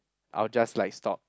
I'll just like stop